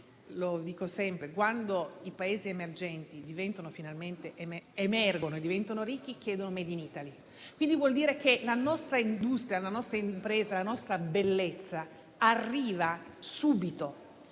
dico sempre, quando i Paesi emergenti diventano finalmente ricchi, chiedono *made in Italy*, per cui vuol dire che la nostra industria, la nostra impresa e la nostra bellezza arrivano subito.